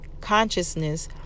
consciousness